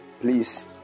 please